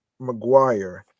mcguire